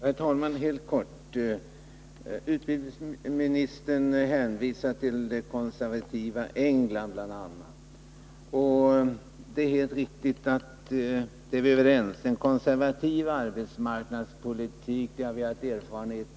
Herr talman! Några ord i all korthet. Arbetsmarknadsministern hänvisar bl.a. till det konservativt styrda England. Vi är helt överens om vad en konservativ arbetsmarknadspolitik i det landet har inneburit.